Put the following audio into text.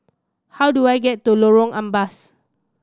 how do I get to Lorong Ampas